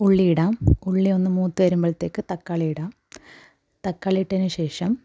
ഉള്ളിയിടാം ഉള്ളിയൊന്ന് മൂത്ത് വരുമ്പോഴത്തേക്ക് തക്കാളിയിടാം തക്കാളി ഇട്ടതിന് ശേഷം